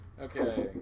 Okay